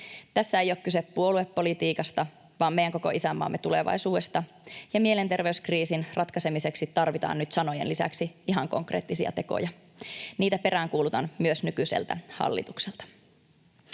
Tässä ei ole kyse puoluepolitiikasta vaan meidän koko isänmaamme tulevaisuudesta, ja mielenterveyskriisin ratkaisemiseksi tarvitaan nyt sanojen lisäksi ihan konkreettisia tekoja. Niitä peräänkuulutan myös nykyiseltä hallitukselta.